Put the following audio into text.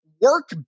work